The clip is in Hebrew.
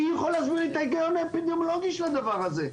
מי יכול להסביר לי את ההיגיון האפידמיולוגי של הדבר הזה?